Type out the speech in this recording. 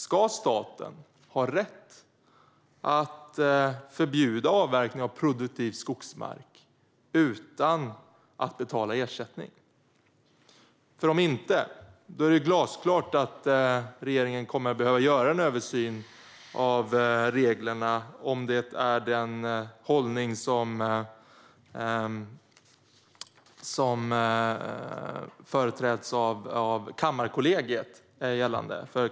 Ska staten ha rätt att förbjuda avverkning av produktiv skogsmark utan att betala ersättning? Om inte är det glasklart att regeringen kommer att behöva göra en översyn av reglerna om det är den hållning som företräds av Kammarkollegiet som gäller.